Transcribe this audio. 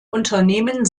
unternehmen